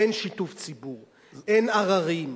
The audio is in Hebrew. אין שיתוף ציבור, אין עררים,